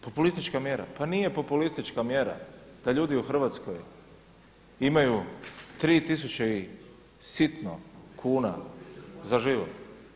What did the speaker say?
Populistička mjera, pa nije populistička mjera da ljudi u Hrvatskoj imaju tri tisuće i sitno kuna za život.